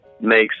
makes